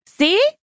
See